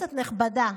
כנסת נכבדה,